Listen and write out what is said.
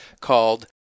called